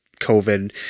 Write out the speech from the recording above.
COVID